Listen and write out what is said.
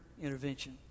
intervention